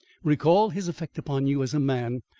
recall his effect upon you as a man,